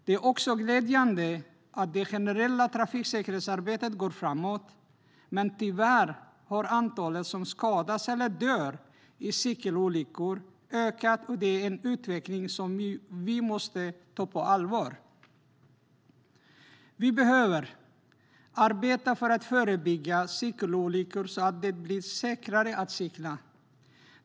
Det är också glädjande att det generella trafiksäkerhetsarbetet går framåt. Men tyvärr har antalet som skadas eller dör i cykelolyckor ökat, och det är en utveckling som vi måste ta på allvar. Vi behöver arbeta för att förebygga cykelolyckor så att det blir säkrare att cykla.